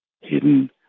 hidden